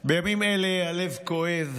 בימים האלה הלב כואב,